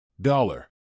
dollar